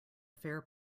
fair